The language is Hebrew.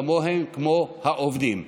כמו העובדים.